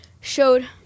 showed